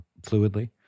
fluidly